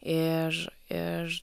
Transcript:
ir ir